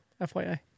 FYI